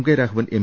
K Raghavan M